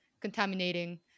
contaminating